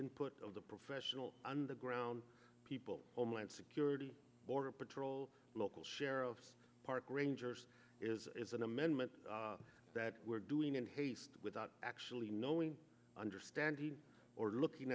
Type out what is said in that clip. input of the professional on the ground people homeland security border patrol local sheriffs park rangers is an amendment that we're doing in haste without actually knowing understanding or looking